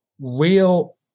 real